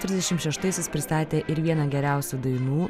trisdešim šeštaisiais pristatė ir vieną geriausių dainų